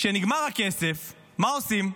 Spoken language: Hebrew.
כשנגמר הכסף, מה עושים?